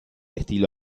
estilo